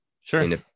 sure